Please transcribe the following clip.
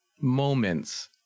moments